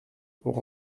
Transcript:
pour